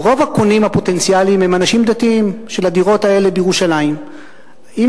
ורוב הקונים הפוטנציאליים של הדירות האלה בירושלים הם אנשים דתיים.